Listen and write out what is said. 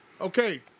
Okay